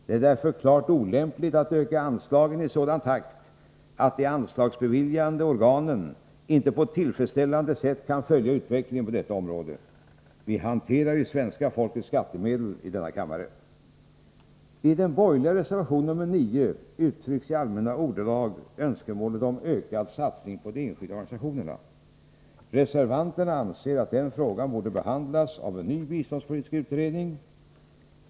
Det är därför klart olämpligt att öka anslagen i sådan takt att de anslagsbeviljande organen inte på ett tillfredsställande sätt kan följa utvecklingen på detta område. Vi hanterar ju i denna kammare svenska folkets skattemedel. I den borgerliga reservationen nr 9 uttrycks i allmänna ordalag önskemålet om ökad satsning på de enskilda organisationerna. Reservanterna anser att den frågan borde behandlas av en ny biståndspolitisk utredning.